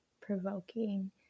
provoking